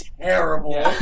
terrible